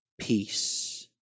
peace